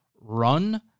run